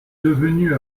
devenu